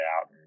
out